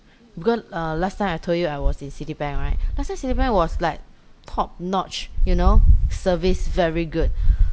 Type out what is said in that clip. because uh last time I told you I was in citibank right last time citibank was like top notch you know service very good